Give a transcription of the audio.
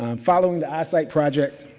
um following the eyesite project.